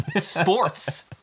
Sports